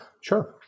Sure